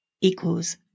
equals